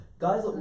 Guys